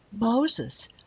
Moses